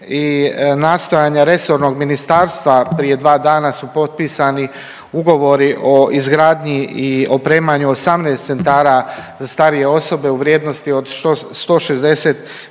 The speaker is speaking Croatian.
i nastojanja resornog ministarstva, prije dva dana su potpisani ugovori o izgradnji i opremanju 18 centara za starije osobe u vrijednosti od 160